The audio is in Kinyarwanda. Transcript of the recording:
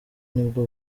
nibwo